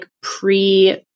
pre